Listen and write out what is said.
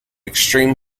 extreme